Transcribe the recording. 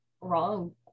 wrong